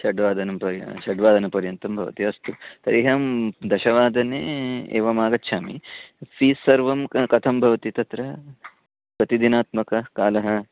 षड्वादनपर्यन्तं षड्वादनपर्यन्तं भवति अस्तु तर्हि अहं दशवादने एवम् आगच्छामि फी़स् सर्वं किं कथं भवति तत्र प्रतिदिनात्मकः कालः